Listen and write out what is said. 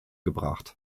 gebracht